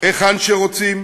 היכן שרוצים,